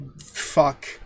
fuck